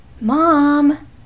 Mom